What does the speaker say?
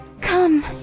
come